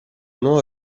nuova